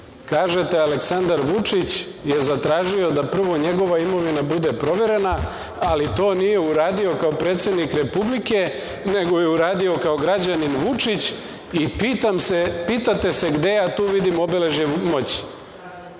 Kažete – Aleksandar Vučić je zatražio da prvo njegova imovina bude proverena, ali to nije uradio kao predsednik Republike, nego je uradio kao građanin Vučić i pitate se gde ja tu vidim obeležje moći. Da